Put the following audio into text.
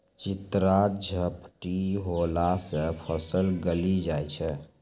चित्रा झपटी होला से फसल गली जाय छै?